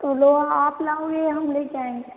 तो लोहा आप लाओगे या हम ले कर आएंगे